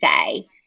say